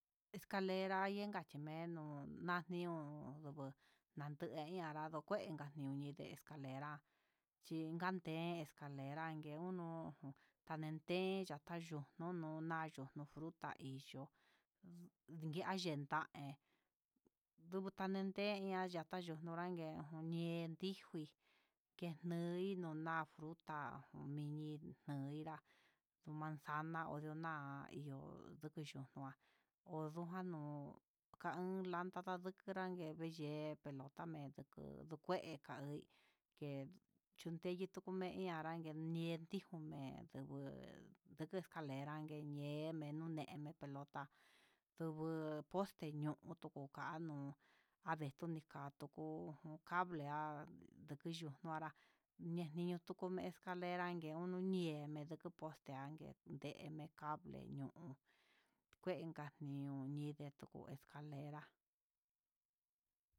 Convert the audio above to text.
Escalera inka chimeno nandio nikara nukanun kueña, ñuni escale chin kande escalera, iin uno tayenden nikayu nonuna ni fruta iyó, ji'á yentaí dudenteya natanyo onrague, kuyenin ndigui kenai ndunan fruta uñin koirá ndu manzana onrona ihó, nduku yunguan onduu ojan no'o kan olanda'a nrague yee, peloto ndu ndukuén kai chundeyo iin tukumen araña odijon me'en, guegu nguenu escalera ngueñe menuneme pelota ndugu poste ño'o ndekukano nuu avetunika tuku cable ha dikutujará, ñeniko tu escalera me duku ñe'é ku poste ndene cable, kii ñuu kuenká niu, ñidee escalera.